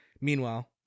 Meanwhile